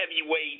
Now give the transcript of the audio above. heavyweight